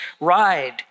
ride